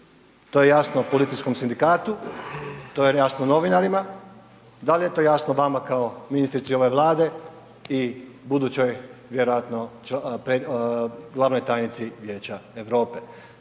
To je jasno policijskom sindikatu, to je jasno novinarima, da li je to jasno vama kao ministrici ove Vlade i budućoj vjerojatno glavnoj tajnici Vijeća Europe?